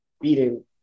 beating